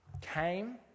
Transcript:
came